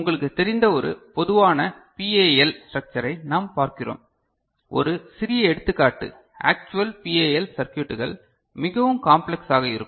உங்களுக்குத் தெரிந்த ஒரு பொதுவான பிஏஎல் ஸ்டரக்சரை நரம் பார்க்கிறோம் ஒரு சிறிய எடுத்துக்காட்டு ஆஃசுவல் பிஏஎல் சர்க்யூட்டுகள் மிகவும் காம்ப்லெக்ஸாக இருக்கும்